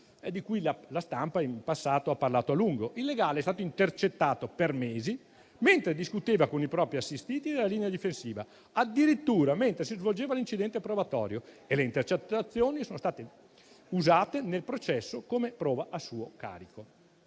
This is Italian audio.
di cui la stampa in passato ha parlato a lungo. Il legale è stato intercettato per mesi mentre discuteva la linea difensiva con i propri assistiti, addirittura mentre si svolgeva l'incidente probatorio, e le intercettazioni sono state usate nel processo come prova a suo carico.